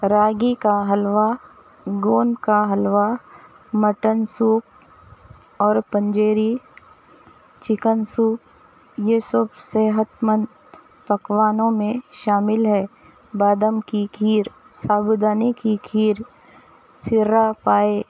راگی کا حلوہ گوند کا حلوہ مٹن سوپ اور پنجیری چکن سوپ یہ سب صحتمند پکوانو میں شامل ہے بادام کی کھیر سابودانے کی کھیر سرّا پائے